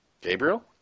Gabriel